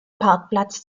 parkplatz